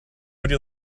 would